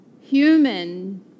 human